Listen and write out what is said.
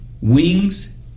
wings